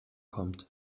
kommt